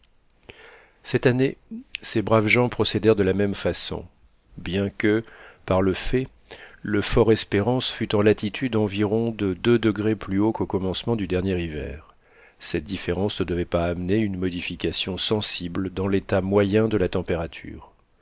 cette année ces braves gens procédèrent de la même façon bien que par le fait le fort espérance fût en latitude environ de deux degrés plus haut qu'au commencement du dernier hiver cette différence ne devait pas amener une modification sensible dans l'état moyen de la température